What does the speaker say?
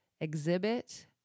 exhibit